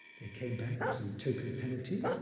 they came back for some token penalty,